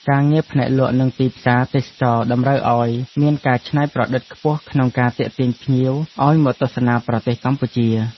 ការងារផ្នែកលក់និងទីផ្សារទេសចរណ៍តម្រូវឱ្យមានការច្នៃប្រឌិតខ្ពស់ក្នុងការទាក់ទាញភ្ញៀចឱ្យមកទស្សនាប្រទេសកម្ពុជា។